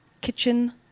kitchen